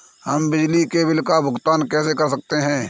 हम बिजली के बिल का भुगतान कैसे कर सकते हैं?